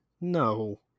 no